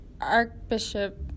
Archbishop